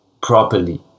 properly